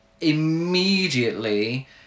immediately